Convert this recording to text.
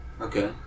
Okay